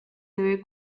debe